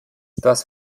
das